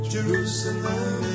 Jerusalem